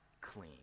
clean